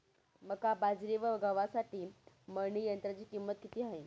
मका, बाजरी व गव्हासाठी मळणी यंत्राची किंमत किती आहे?